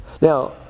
Now